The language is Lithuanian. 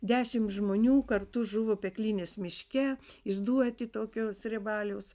dešim žmonių kartu žuvo peklinės miške išduoti tokio srėbaliaus